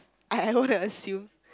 I don't want to assume